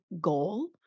goal